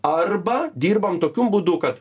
arba dirbam tokium būdu kad